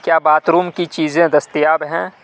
کیا bathroom کی چیزیں دستیاب ہیں